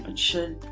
and should,